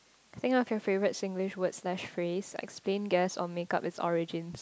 think of your favourite Singlish word slash phrase explain guess or make up it's origins